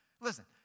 Listen